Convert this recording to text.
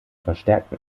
verstärkten